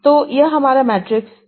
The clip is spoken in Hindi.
तो यह हमारा मैट्रिक्स A है